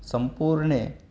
सम्पूर्णे